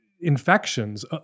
infections